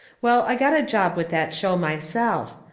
well, i got a job with that show myself.